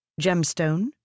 Gemstone